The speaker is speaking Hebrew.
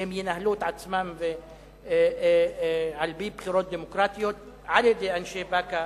שהם ינהלו את עצמם על-פי בחירות דמוקרטיות של אנשי באקה